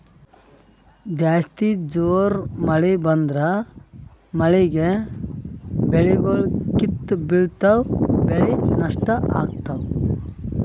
ಜಾಸ್ತಿ ಜೋರ್ ಮಳಿ ಬಂದ್ರ ಮಳೀಗಿ ಬೆಳಿಗೊಳ್ ಕಿತ್ತಿ ಬಿಳ್ತಾವ್ ಬೆಳಿ ನಷ್ಟ್ ಆಗ್ತಾವ್